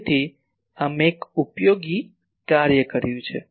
તેથી અમે એક ઉપયોગી કાર્ય કર્યું છે